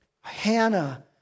Hannah